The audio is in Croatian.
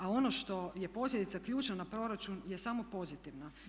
A ono što je posljedica ključno na proračun je samo pozitivna.